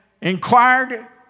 inquired